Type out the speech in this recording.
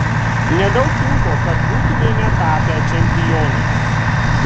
nedaug trūko kad būtumėme tapę čempionais